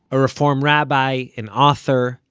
a reform rabbi. an author.